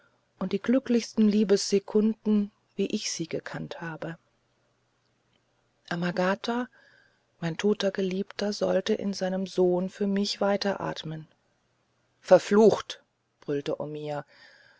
und die glücklichsten liebessekunden wie ich sie gekannt habe amagata mein toter geliebter sollte in seinem sohn für mich weiteratmen verflucht brüllte omiya